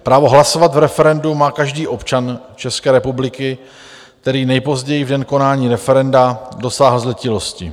Právo hlasovat v referendu má každý občan České republiky, který nejpozději v den konání referenda dosáhl zletilosti.